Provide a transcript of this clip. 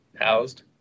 housed